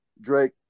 Drake